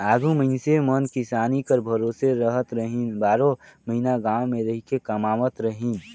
आघु मइनसे मन किसानी कर भरोसे रहत रहिन, बारो महिना गाँव मे रहिके कमावत रहिन